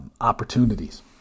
opportunities